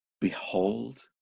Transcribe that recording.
Behold